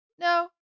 No